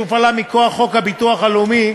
שהופעלה מכוח חוק הביטוח הלאומי,